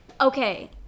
Okay